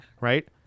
right